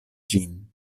ĝin